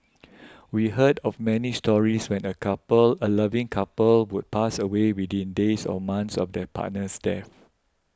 we heard of many stories when a couple a loving couple would pass away within days or months of their partner's death